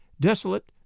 desolate